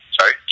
Sorry